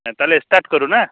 হ্যাঁ তাহলে স্টার্ট করুন হ্যাঁ